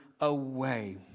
away